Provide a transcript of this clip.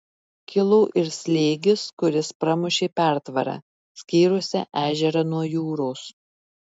kilo ir slėgis kuris pramušė pertvarą skyrusią ežerą nuo jūros